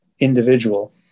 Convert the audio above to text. individual